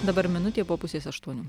dabar minutė po pusės aštuonių